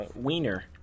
wiener